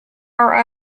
are